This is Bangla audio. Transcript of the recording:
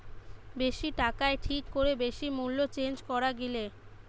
বেশি টাকায় ঠিক করে বেশি মূল্যে চেঞ্জ করা গিলে